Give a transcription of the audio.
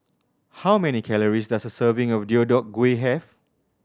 how many calories does a serving of Deodeok Gui have